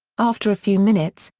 after a few minutes,